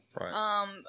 Right